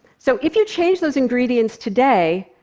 so if you change those ingredients today,